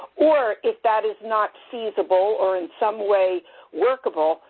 or, if that is not feasible or in some way workable,